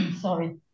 sorry